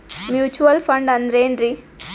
Mutual fund ಅಂದ್ರೆನ್ರಿ?